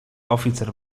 oficer